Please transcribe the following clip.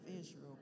Israel